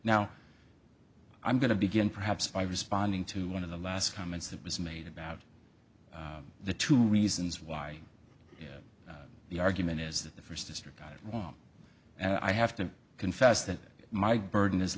now i'm going to begin perhaps by responding to one of the last comments that was made about the two reasons why the argument is that the first district got it wrong and i have to confess that my burden is